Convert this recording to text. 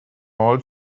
all